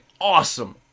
awesome